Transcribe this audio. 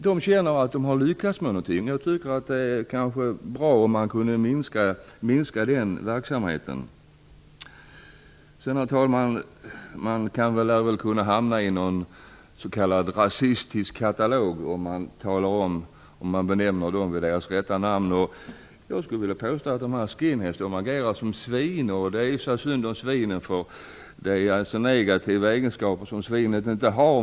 De känner att de har lyckats med någonting. Jag tycker att det vore bra om man kunde minska den verksamheten. Herr talman! Man skulle kanske hamna i någon s.k. rasistisk katalog om man benämner dem vi nu talar om vid sitt rätta namn. Jag skulle vilja påstå att skinheads agerar som svin. Det är i och för sig synd om svinen när man säger så, för skinheads har negativa egenskaper som svinen inte har.